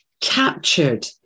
captured